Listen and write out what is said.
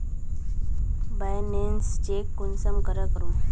Balance check कुंसम करे करूम?